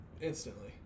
Instantly